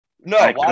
No